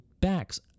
backs